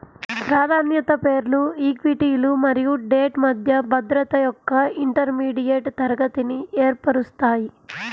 ప్రాధాన్యత షేర్లు ఈక్విటీలు మరియు డెట్ మధ్య భద్రత యొక్క ఇంటర్మీడియట్ తరగతిని ఏర్పరుస్తాయి